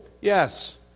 Yes